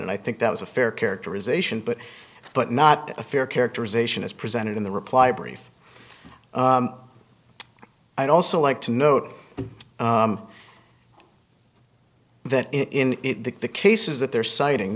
and i think that was a fair characterization but but not a fair characterization as presented in the reply brief i'd also like to note that in the cases that they're citing